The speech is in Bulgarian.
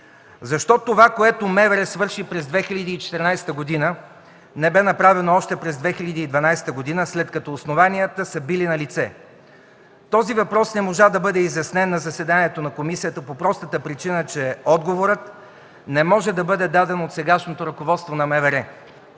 Защо това, което МВР свърши през 2014 г., не бе направено още през 2012 г., след като основанията са били налице?! Този въпрос не можа да бъде изяснен на заседанието на комисията по простата причина, че отговорът не може да бъде даден от сегашното ръководство на МВР.